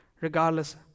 regardless